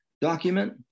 document